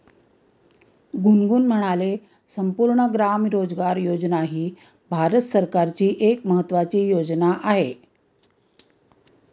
गुनगुन म्हणाले, संपूर्ण ग्राम रोजगार योजना ही भारत सरकारची एक महत्त्वाची योजना आहे